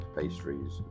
pastries